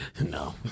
no